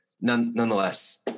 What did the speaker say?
nonetheless